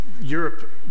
Europe